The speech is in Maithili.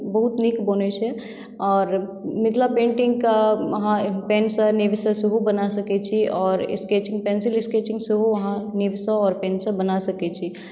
बहुत नीक बनै छै आओर मिथिला पेन्टिंग के अहाँ पेनसँ नीबसँ सेहो बना सकै छी आओर स्केचिंग पेन्सिल स्केचिंग सेहो अहाँ पेन सँ नीबसँ बना सकै छी